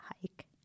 hike